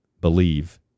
believe